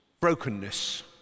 brokenness